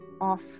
off